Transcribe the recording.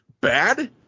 bad